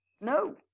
no